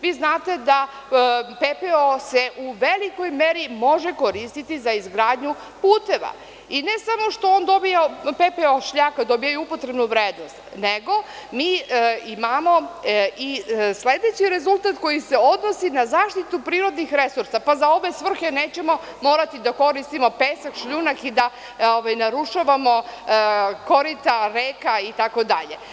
Vi znate da se pepeo u velikoj meri može koristiti za izgradnju puteva, i ne samo što pepeo, šljaka, dobijaju upotrebnu vrednost, nego mi imamo i sledeći rezultat koji se odnosi na zaštitu prirodnih resursa, pa za obe svrhe nećemo morati da koristimo pesak, šljunak, i da narušavamo korita reka itd.